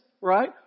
right